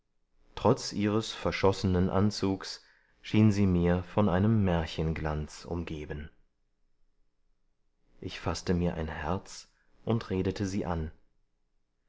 trotz ihres verschossenen anzugs schien sie mir von einem märchenglanz umgeben ich faßte mir ein herz und redete sie an